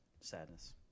Sadness